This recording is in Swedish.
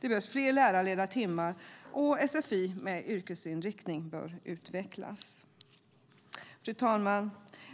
Det behövs fler lärarledda timmar, och sfi med yrkesinriktning bör utvecklas. Fru talman!